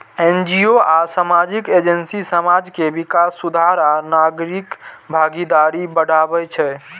NGO आ सामाजिक agency समाज के विकास, सुधार आ नागरिक भागीदारी बढ़ाबै छै